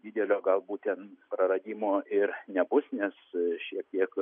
didelio gal būtent praradimo ir nebus nes šiek tiek